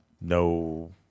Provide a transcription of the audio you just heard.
No